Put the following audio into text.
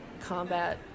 combat